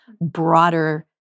broader